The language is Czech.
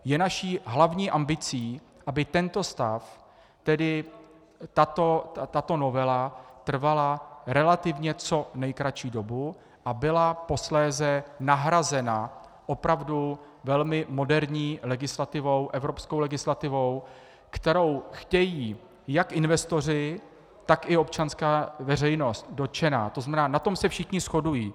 Je naší hlavní ambicí, aby tento stav, tedy tato novela trvala relativně co nejkratší dobu a byla posléze nahrazena opravdu velmi moderní legislativou, evropskou legislativou, kterou chtějí jak investoři, tak i občanská dotčená veřejnost, to znamená, na tom se všichni shodují.